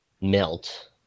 melt